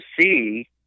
see